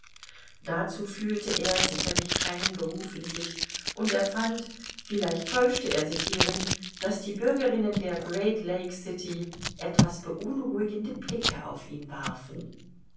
dazu fühlte er sicherlich keinen beruf in sich und er fand vielleicht täuschte er sich hierin daß die bürgerinnen der great lake city etwas beunruhigende blicke auf ihn warfen